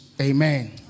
amen